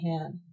hand